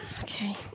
Okay